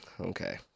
Okay